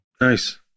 Nice